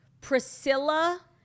Priscilla